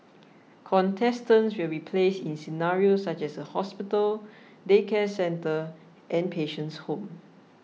contestants will be placed in scenarios such as a hospital daycare centre and patient's home